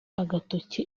agatoki